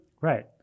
Right